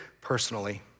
personally